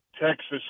Texas